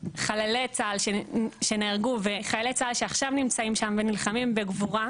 חללי צה"ל שנהרגו וחיילי צה"ל שעכשיו נמצאים שם ונלחמים בגבורה,